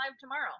tomorrow